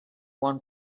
one